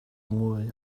mwy